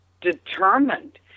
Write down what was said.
determined